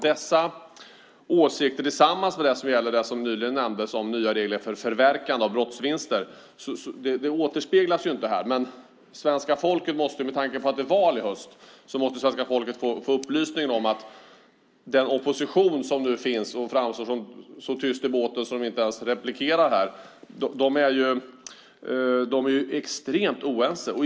Dessa åsikter tillsammans med det som gäller det som nyligen nämndes om nya regler för förverkande av brottsvinster återspeglas inte här, men svenska folket måste med tanke på att det är val i höst få upplysning om att den opposition som nu finns och framstår som så tyst i båten att man inte ens replikerar här är extremt oense.